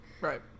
Right